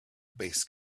bass